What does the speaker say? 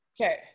Okay